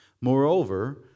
Moreover